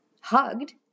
hugged